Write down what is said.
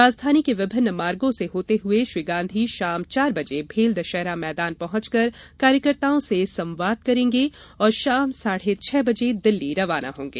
राजधानी के विभिन्न मार्गो से होते हुए श्री गांधी शाम चार बजे भेल दशहरा मैदान पहुंचकर कार्यकर्ताओं से संवाद करेगें और शाम साढ़े छह बजे दिल्ली रवाना होंगे